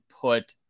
put